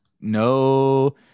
no